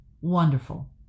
Wonderful